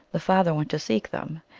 the father went to seek them.